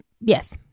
Yes